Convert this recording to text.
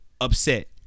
upset